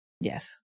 yes